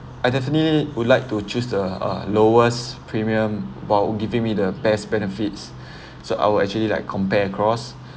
I definitely would like to choose the uh lowest premium while giving me the best benefits so I will actually like compare across